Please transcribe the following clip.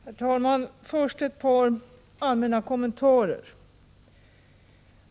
Herr talman! Först ett par allmänna kommentarer.